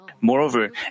Moreover